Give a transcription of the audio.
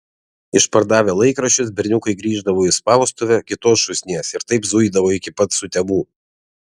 išpardavę laikraščius berniukai grįždavo į spaustuvę kitos šūsnies ir taip zuidavo iki pat sutemų